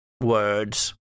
words